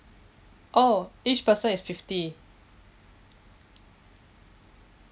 oh each person is fifty